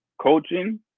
coaching